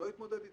שלא יתמודד איתם.